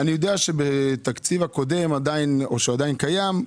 בתקציב הקודם או שעדיין קיים,